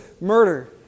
murder